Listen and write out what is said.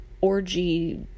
orgy